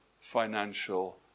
financial